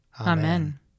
Amen